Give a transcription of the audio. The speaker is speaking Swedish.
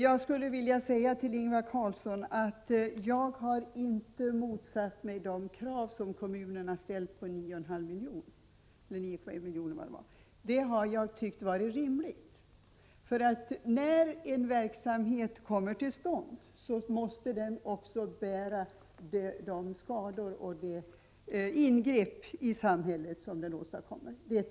Herr talman! Jag har inte motsatt mig det krav som kommunen ställt på 9,5 milj.kr. i ersättning. Det var rimligt. Den verksamhet som bedrivs måste också bära kostnaderna för de skador och ingrepp i miljön som den åstadkommer.